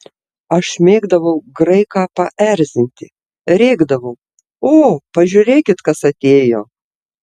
aš mėgdavau graiką paerzinti rėkdavau o pažiūrėkit kas atėjo